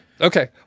Okay